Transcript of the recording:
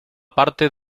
parte